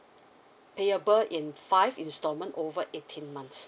payable in five instalment over eighteen months